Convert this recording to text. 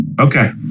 Okay